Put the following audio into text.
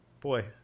boy